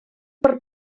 per